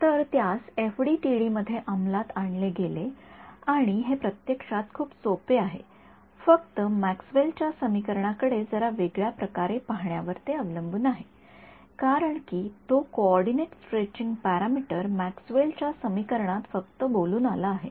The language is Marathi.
तर त्यास एफडीटीडी मध्ये अंमलात आणले गेले आणि हे प्रत्यक्षात खूप सोपे आहे फक्त मॅक्सवेल च्या समीकरणा कडे जरा वेगळ्या प्रकारे पाहण्यावर अवलंबून आहे कारण की तो कोऑर्डिनेट स्ट्रेचिंग पॅरामीटर मॅक्सवेलच्या समीकरणात फक्त बोलून आला आहे